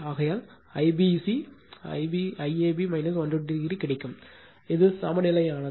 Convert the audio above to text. ஆகையால் IBC IAB 120o கிடைக்கும் இது சமநிலையானது